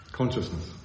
consciousness